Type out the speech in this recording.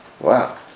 Wow